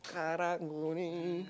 Karang-Guni